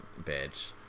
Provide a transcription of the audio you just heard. bitch